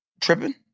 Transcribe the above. tripping